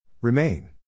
Remain